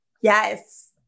yes